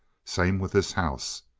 same with this house.